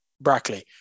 Brackley